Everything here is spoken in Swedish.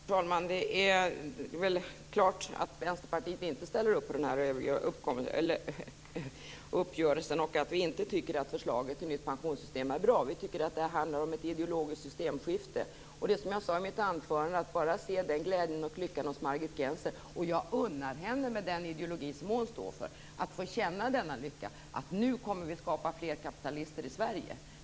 Herr talman! Det är klart att Vänsterpartiet inte ställer upp på den här uppgörelsen. Vi tycker inte att förslaget till nytt pensionssystem är bra. Vi tycker att det är ett ideologiskt systemskifte. Det är som jag sade i mitt anförande. Man behöver bara se på glädjen och lyckan hos Margit Gennser. Och jag unnar henne, med den ideologi som hon står för, att få känna denna lycka: Nu kommer vi att skapa fler kapitalister i Sverige.